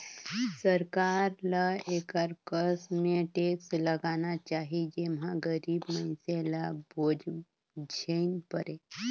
सरकार ल एकर कस में टेक्स लगाना चाही जेम्हां गरीब मइनसे ल बोझ झेइन परे